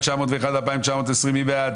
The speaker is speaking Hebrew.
רוויזיה על הסתייגויות 2620-2601, מי בעד?